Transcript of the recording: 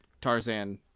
Tarzan